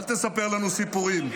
אל תספר לנו סיפורים.